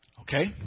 Okay